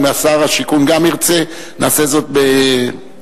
אם שר השיכון גם ירצה, נעשה זאת בשותפות.